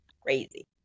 crazy